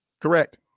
Correct